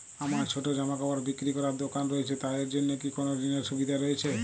আমার ছোটো জামাকাপড় বিক্রি করার দোকান রয়েছে তা এর জন্য কি কোনো ঋণের সুবিধে রয়েছে?